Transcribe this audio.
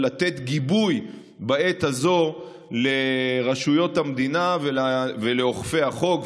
מתן גיבוי בעת הזו לרשויות המדינה ולאוכפי החוק,